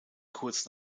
kurz